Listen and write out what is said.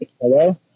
Hello